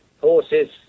horses